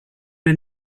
wir